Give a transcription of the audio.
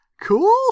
cool